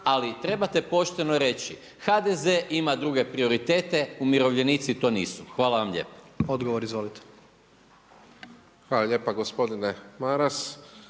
ali trebate pošteno reći, HDZ ima druge prioritete, umirovljenici to nisu. Hvala vam lijepo. **Jandroković, Gordan